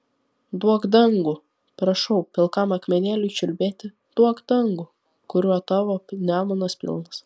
duok dangų prašau pilkam akmenėliui čiulbėti duok dangų kurio tavo nemunas pilnas